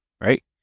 right